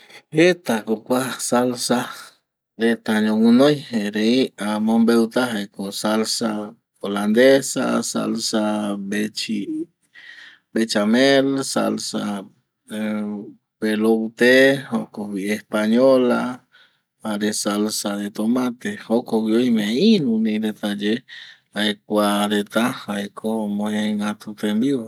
Jeta ko kua salsa reta ñoguɨnoi erei amombeuta jaeko salsa holandesa, salsa bechi, bechamel, salsa beloute jokogui española jare salsa de tomate jokogui oime iru ñoguɨnoi reta ye jae kua reta jae ko omo jegatu tembiu va